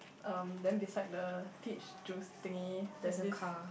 um then beside the peach juice thingy there this